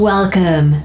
Welcome